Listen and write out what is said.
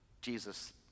jesus